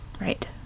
right